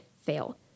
fail